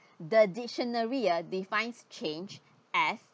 the dictionary ah defines change as